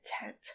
intent